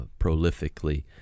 prolifically